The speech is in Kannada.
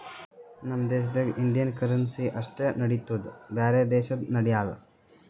ನಮ್ ದೇಶದಾಗ್ ಇಂಡಿಯನ್ ಕರೆನ್ಸಿ ಅಷ್ಟೇ ನಡಿತ್ತುದ್ ಬ್ಯಾರೆ ದೇಶದು ನಡ್ಯಾಲ್